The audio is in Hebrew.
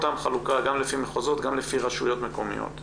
אותה חלוקה גם לפי מחוזות, גם לפי רשויות מקומיות.